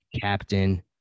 Captain